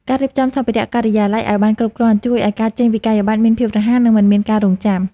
ការរៀបចំសម្ភារ:ការិយាល័យឱ្យបានគ្រប់គ្រាន់ជួយឱ្យការចេញវិក្កយបត្រមានភាពរហ័ស និងមិនមានការរង់ចាំ។